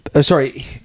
sorry